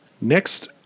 Next